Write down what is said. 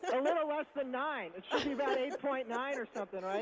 a little less than nine. it should be about eight point nine or something, right?